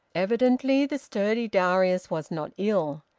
evidently the sturdy darius was not ill.